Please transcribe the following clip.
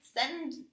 send